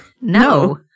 No